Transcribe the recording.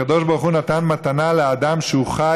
שהקדוש ברוך הוא נתן מתנה לאדם שהוא חי.